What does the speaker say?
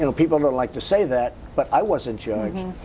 you know people don't like to say that but i wasn't judged.